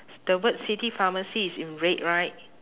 the word city pharmacy is in red right